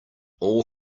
all